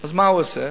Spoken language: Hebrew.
אז מה הוא עושה?